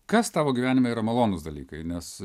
kas tavo gyvenime yra malonūs dalykai nes